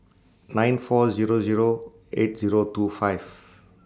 nine four Zero Zero eight Zero two five